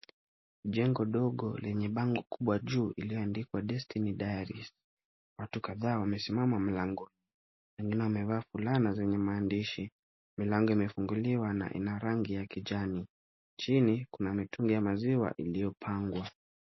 Jengo dogo lenye bango kubwa juu iliyoandikwa Destiny Diaries. Watu kadhaa wamesimama mlangoni, wengine wamevaa fulana zenye maandishi. Milango imefunguliwa na ina rangi ya kijani. Chini kuna mitungi ya maziwa iliyopangwa.